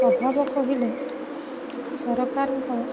ଅଭାବ କହିଲେ ସରକାରଙ୍କ